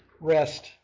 rest